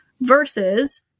versus